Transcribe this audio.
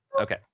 Okay